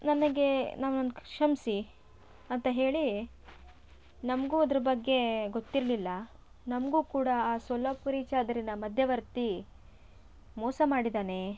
ನನಗೆ ನಮ್ಮನ್ನು ಕ್ಷಮಿಸಿ ಅಂತ ಹೇಳಿ ನಮಗೂ ಅದರ ಬಗ್ಗೆ ಗೊತ್ತಿರಲಿಲ್ಲ ನಮಗೂ ಕೂಡ ಆ ಸೊಲ್ಲಾಪುರಿ ಚಾದರಿನ ಮಧ್ಯವರ್ತಿ ಮೋಸ ಮಾಡಿದಾನೆ